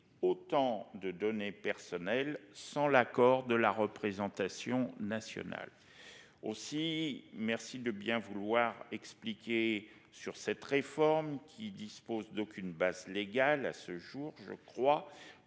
autant de données personnelles sans l'accord de la représentation nationale. Aussi, merci de bien vouloir expliquer sur cette réforme qui dispose d'aucune base légale à ce jour je crois